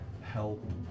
help